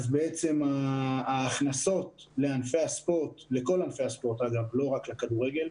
אז בעצם ההכנסות לכל ענפי הספורט ולא רק לכדורגל,